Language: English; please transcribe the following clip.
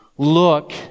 Look